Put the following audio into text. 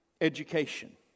education